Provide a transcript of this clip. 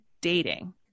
dating